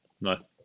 Nice